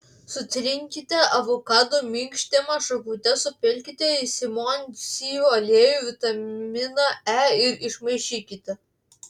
sutrinkite avokado minkštimą šakute supilkite simondsijų aliejų vitaminą e ir išmaišykite